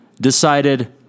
decided